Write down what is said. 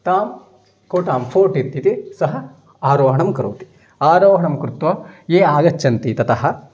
तां कोटां फ़ोर्ट् इत् इति सः आरोहणं करोति आरोहणं कृत्वा ये आगच्छन्ति ततः